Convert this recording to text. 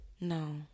no